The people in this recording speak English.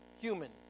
human